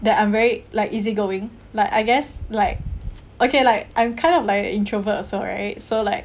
that I'm very like easy going like I guess like okay like I'm kind of like an introvert also right so like